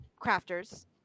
Crafters